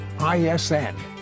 ISN